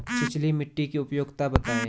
छिछली मिट्टी की उपयोगिता बतायें?